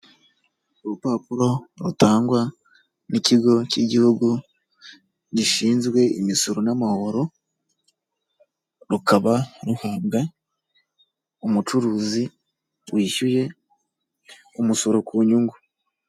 Urupapuro rutangwa n'ikigo cy'igihugu gishinzwe imisoro n'amahoro rukaba ruhabwa umucuruzi wishyuye umusoro ku nyungu.